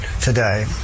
today